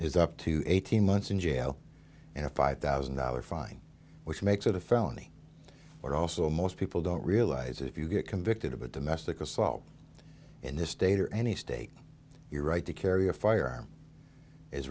is up to eighteen months in jail and a five thousand dollars fine which makes it a felony but also most people don't realize if you get convicted of a domestic assault in this state or any state your right to carry a fire